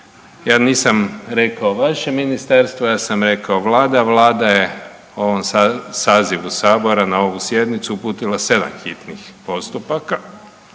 Ja nisam rekao vaše ministarstvo. Ja sam rekao Vlada, a Vlada je u ovom sazivu Sabora na ovu sjednicu uputila 7 hitnih postupaka